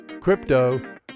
Crypto